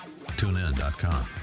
TuneIn.com